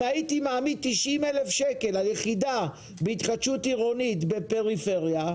אם הייתי מעמיד 90,000 שקל על יחידה בהתחדשות עירונית בפריפריה,